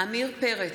עמיר פרץ,